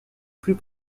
plus